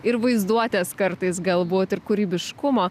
ir vaizduotės kartais galbūt ir kūrybiškumo